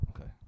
Okay